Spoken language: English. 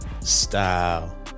style